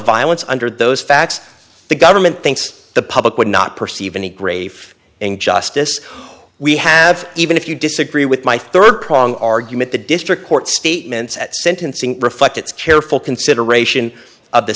violence under those facts the government thinks the public would not perceive any grave injustice we have even if you disagree with my third prong argument the district court statements at sentencing reflect its careful consideration of the